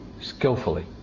skillfully